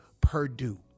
Purdue